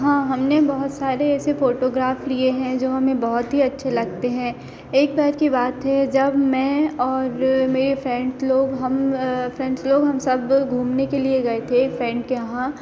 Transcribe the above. हाँ हमने बहुत सारे ऐसे फ़ोटोग्राफ़ लिए हैं जो हमें बहुत ही अच्छे लगते हैं एक बार की बात है जब मैं और मेरे फ्रेंड लोग हम फ्रेंड्स लोग हम सब घूमने के लिए गए थे फ्रेंड्स के यहाँ